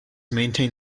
maintain